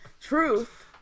truth